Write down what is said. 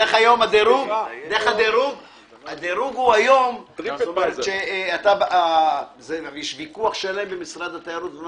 היום יש ויכוח שלם במשרד התיירות סביב הנושא הזה,